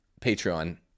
Patreon